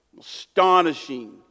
astonishing